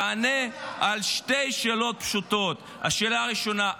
תענה על שתי שאלות פשוטות: השאלה הראשונה,